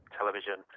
television